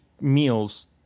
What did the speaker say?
meals